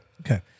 Okay